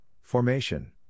Formation